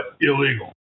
illegal